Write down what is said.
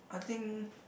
I think